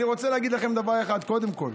אני רוצה להגיד לכם דבר אחד קודם כול.